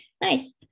Nice